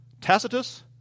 Tacitus